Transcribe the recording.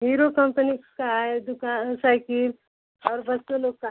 hero company का है दुका सइकिल और बच्चों लोग का